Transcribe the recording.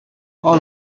all